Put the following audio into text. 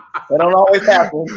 but don't always happen.